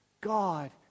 God